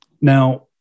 Now